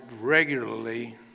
regularly